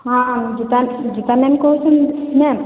ହଁ ଦୀପା ଦୀପା ନାନୀ କହୁଛନ୍ତି ମ୍ୟାମ